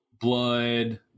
blood